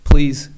Please